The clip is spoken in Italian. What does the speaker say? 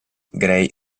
grey